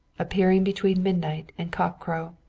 appearing between midnight and cock crow.